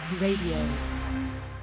Radio